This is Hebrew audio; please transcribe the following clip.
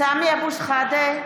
סמי אבו שחאדה,